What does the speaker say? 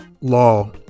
law